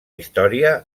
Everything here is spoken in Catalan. història